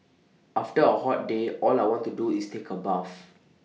after A hot day all I want to do is take A bath